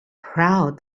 proud